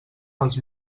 els